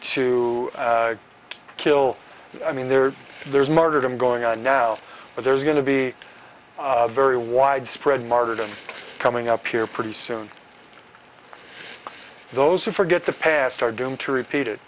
to kill i mean there's there's martyrdom going on now but there's going to be very widespread martyrdom coming up here pretty soon those who forget the past are doomed to repeat it